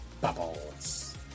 Bubbles